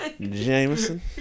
Jameson